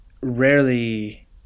rarely